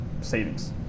savings